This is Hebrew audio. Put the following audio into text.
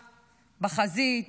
בחזית,